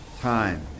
Time